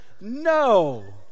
No